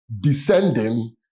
Descending